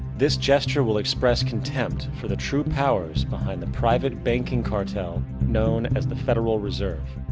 this gesture will express contempt for the true powers behind the private banking cartel known as the federal reserve.